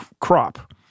crop